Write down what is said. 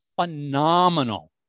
Phenomenal